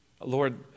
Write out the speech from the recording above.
Lord